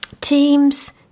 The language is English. team's